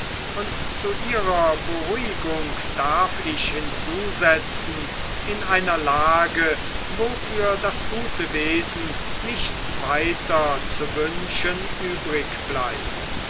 und zu ihrer beruhigung darf ich hinzusetzen in einer lage wo für das gute wesen nichts weiter zu wünschen übrigbleibt